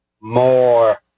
more